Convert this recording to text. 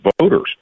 voters